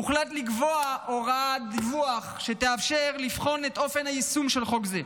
הוחלט לקבוע הוראת דיווח שתאפשר לבחון את אופן היישום של חוק זה.